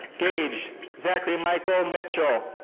gage zachary michael mitchell.